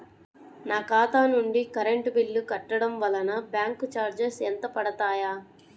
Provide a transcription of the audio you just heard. నా ఖాతా నుండి కరెంట్ బిల్ కట్టడం వలన బ్యాంకు చార్జెస్ ఎంత పడతాయా?